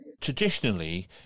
Traditionally